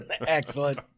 Excellent